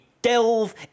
Delve